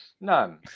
None